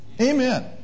Amen